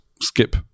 Skip